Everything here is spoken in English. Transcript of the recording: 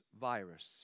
virus